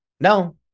No